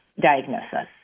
diagnosis